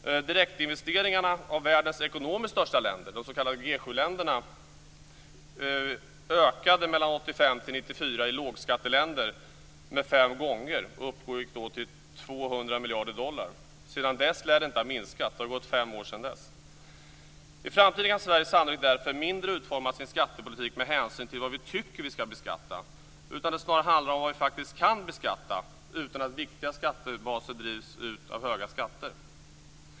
Direktinvesteringarna av världens ekonomiskt största länder, de s.k. G 7-länderna, ökade 1985-1994 i lågskatteländer med fem gånger och uppgick till 200 miljarder dollar. Sedan dess lär de inte ha minskat, och det har gått fem år sedan dess. I framtiden kan Sverige sannolikt därför mindre utforma sin skattepolitik med hänsyn till vad vi tycker att vi ska beskatta, utan det handlar snarare om vad vi faktiskt kan beskatta utan att viktiga skattebaser drivs ut av höga skatter.